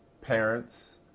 parents